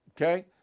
Okay